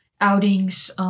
outings